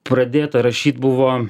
pradėta rašyt buvo